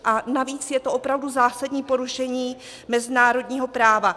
A navíc je to opravdu zásadní porušení mezinárodního práva.